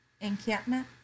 encampment